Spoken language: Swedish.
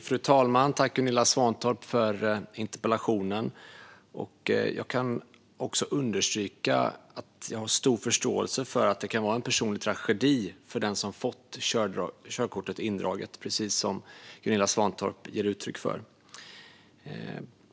Fru talman! Precis som Gunilla Svantorp ger uttryck för vill jag understryka att jag har stor förståelse för att det kan vara en personlig tragedi för den som får körkortet indraget.